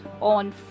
on